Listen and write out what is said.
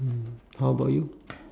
mm how about you